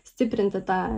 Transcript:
stiprinti tą